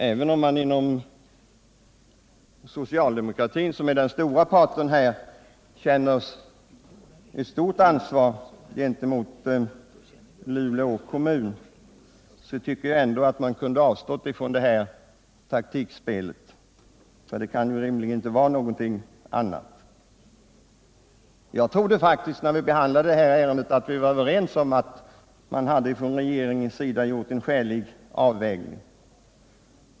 Även om man inom socialdemokratin, som är den tunga parten här, har anledning att känna ett stort ansvar gentemot Luleå kommun, tycker jag att man kunde ha avstått från det här taktikspelet — för det kan rimligen inte vara någonting annat. När vi behandlade det här ärendet trodde jag faktiskt att vi var överens om att regeringen hade gjort en skälig avvägning.